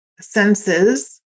senses